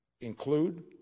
include